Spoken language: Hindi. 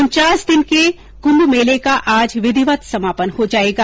उनचास दिन के कुंभ मेलेका आज विधिवत समापन हो जायेगा